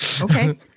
Okay